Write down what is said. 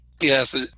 yes